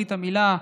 ברית המילה,